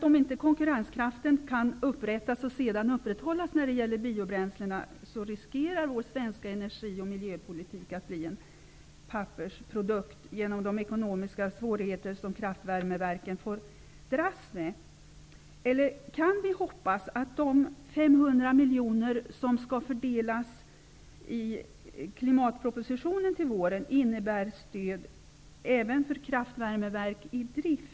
Om inte konkurrenskraften kan upprättas och sedan upprätthållas när det gäller biobränslena, riskerar vår svenska energi och miljöpolitik att bli en pappersprodukt på grund av de ekonomiska svårigheter som kraftvärmeverken får dras med. Kan vi hoppas att de 500 miljoner kronor som skall fördelas enligt klimatpropositionen till våren även innebär stöd för kraftvärmeverk i drift?